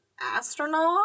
astronaut